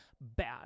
bad